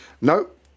Nope